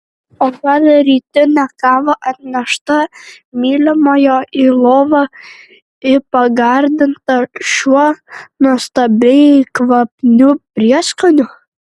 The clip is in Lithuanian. o gal rytinę kavą atneštą mylimojo į lovą į pagardintą šiuo nuostabiai kvapniu prieskoniu